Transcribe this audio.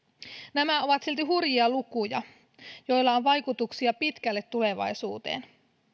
nämä ovat silti hurjia lukuja joilla on vaikutuksia pitkälle tulevaisuuteen